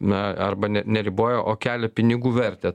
na arba ne neriboja o kelį pinigų vertę